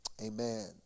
amen